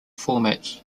formats